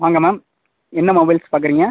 வாங்க மேம் என்ன மொபைல்ஸ் பார்க்குறிங்க